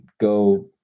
go